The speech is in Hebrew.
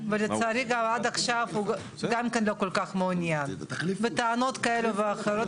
ולצערי גם עד עכשיו הוא גם כן לא כל כך מעוניין בטענות כאלה ואחרות.